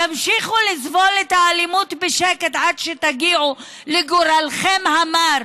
תמשיכו לסבול את האלימות בשקט עד שתגיעו לגורלכן המר,